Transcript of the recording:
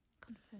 Confirm